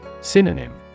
Synonym